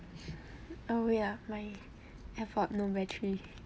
uh wait ah my ipod no battery